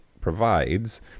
provides